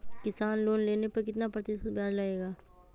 किसान लोन लेने पर कितना प्रतिशत ब्याज लगेगा?